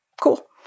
Cool